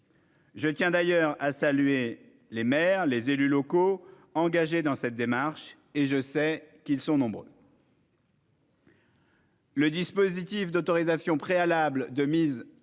Je tiens d'ailleurs à saluer les maires et élus locaux qui sont engagés dans cette démarche- je sais qu'ils sont nombreux. Le dispositif d'autorisation préalable de mise en